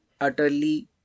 utterly